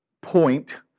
point